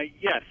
Yes